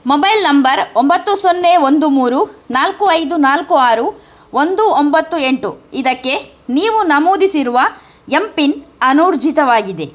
mobile number ಒಂಬತ್ತು ಸೊನ್ನೆ ಒಂದು ಮೂರು ನಾಲ್ಕು ಐದು ನಾಲ್ಕು ಆರು ಒಂದು ಒಂಬತ್ತು ಎಂಟು ಇದಕ್ಕೆ ನೀವು ನಮೂದಿಸಿರುವ ಎಂ ಪಿನ್ ಅನೂರ್ಜಿತವಾಗಿದೆ